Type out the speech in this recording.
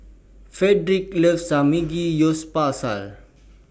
Fredrick loves Samgeyopsal